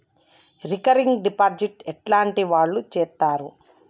Recurring deposit ఎట్లాంటి వాళ్లు చేత్తరు?